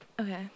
Okay